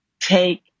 Take